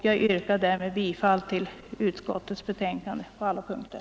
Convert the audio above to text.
Jag yrkar därför bifall till utskottets hemställan på alla punkter.